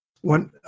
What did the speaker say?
one